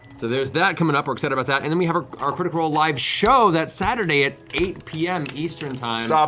so there's that coming up, we're excited about that, and then we have ah our critical role live show that saturday at eight pm eastern time.